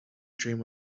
dream